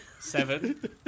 Seven